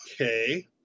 okay